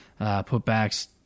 putbacks